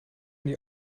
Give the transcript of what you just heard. die